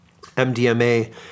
MDMA